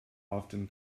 often